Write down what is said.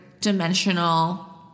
dimensional